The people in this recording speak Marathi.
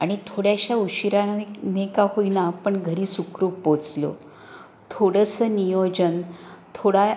आणि थोड्याशा उशिरानेका होईना पण घरी सुखरूप पोचलो थोडंसं नियोजन थोडा